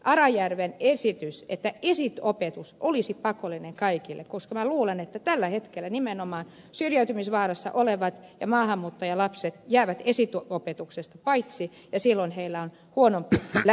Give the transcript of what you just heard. arajärven esitys on että esiopetus olisi pakollinen kaikille koska minä luulen että tällä hetkellä nimenomaan syrjäytymisvaarassa olevat ja maahanmuuttajalapset jäävät esiopetuksesta paitsi ja silloin heillä on huonompi lähtökohta